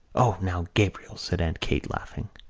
o, now, gabriel, said aunt kate, laughing,